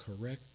correct